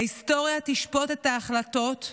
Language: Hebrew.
ההיסטוריה תשפוט את ההחלטות,